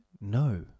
no